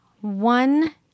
One